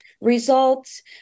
results